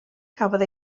cafodd